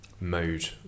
mode